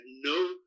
no